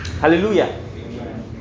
Hallelujah